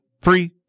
free